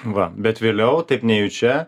va bet vėliau taip nejučia